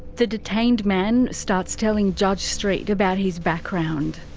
the detained man starts telling judge street about his background.